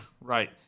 right